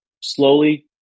slowly